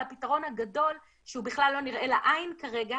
הפתרון הגדול שהוא בכלל לא נראה לעין כרגע,